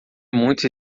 muito